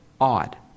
odd